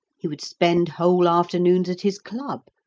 he would spend whole afternoons at his club,